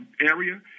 area